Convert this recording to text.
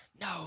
No